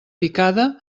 picada